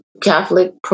Catholic